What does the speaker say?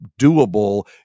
doable